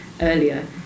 earlier